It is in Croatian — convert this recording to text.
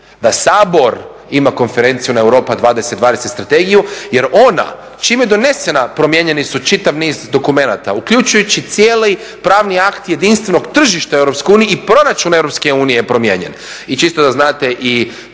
da Sabor ima konferenciju na Europa 2020 i strategiju, jer ona čim je donesena promijenjeni su čitav niz dokumenata uključujući cijeli pravni akt jedinstvenog tržišta u EU i proračuna EU je promijenjen.